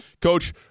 Coach